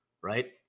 right